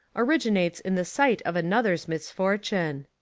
origi nates in the sight of another's misfortune.